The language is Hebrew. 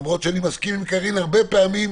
למרות שאני מסכים עם קארין הרבה פעמים,